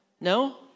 No